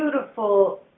beautiful